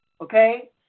Okay